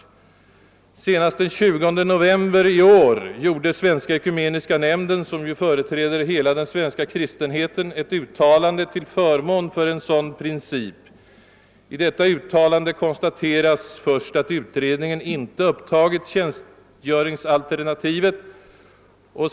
Så sent som den 20 november i år gjorde Svenska ekumeniska nämnden, som ju företräder hela den svenska kristenheten, ett uttalande till förmån för en sådan princip. I detta uttalande konstateras först att utredningen inte upptagit tjänsgöringsalternativet.